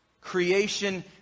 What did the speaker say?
Creation